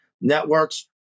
networks